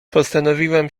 postanowiłem